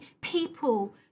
people